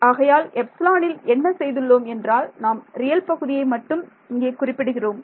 ஆகையால் எப்ஸிலானில் என்ன செய்துள்ளோம் என்றால் நாம் ரியல் பகுதியை மட்டும் இங்கே குறிப்பிடுகிறோம்